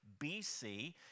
BC